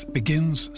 begins